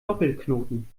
doppelknoten